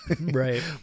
Right